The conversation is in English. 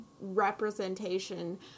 representation